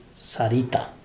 Sarita